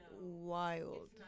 wild